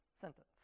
sentence